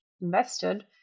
invested